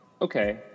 Okay